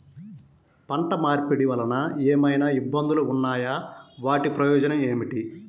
పంట మార్పిడి వలన ఏమయినా ఇబ్బందులు ఉన్నాయా వాటి ప్రయోజనం ఏంటి?